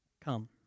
come